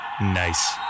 Nice